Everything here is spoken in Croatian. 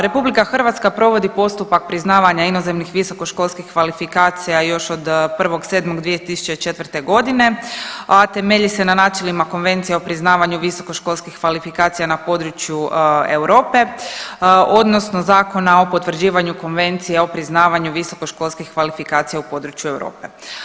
RH provodi postupak priznavanja inozemnih visokoškolskih kvalifikacija još od 1.7.2004. godine, a temelji se na načelima Konvencije o priznavanju visokoškolskih kvalifikacija na području Europe odnosno Zakona o potvrđivanju Konvencije o priznavanju visokoškolskih kvalifikacija u području Europe.